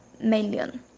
million